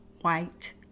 white